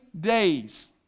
days